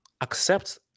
accept